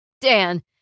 Dan